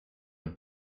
have